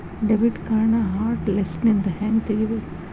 debit ಕಾರ್ಡ್ನ hot ಲಿಸ್ಟ್ನಿಂದ ಹೆಂಗ ತೆಗಿಬೇಕ